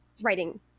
writing